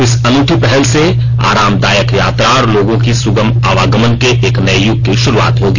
इस अनूठी पहल से आरामदायक यात्रा और लोगों की सुगम आवागमन के एक नये युग की शुरूआत होगी